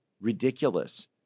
ridiculous